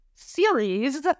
series